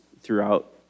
throughout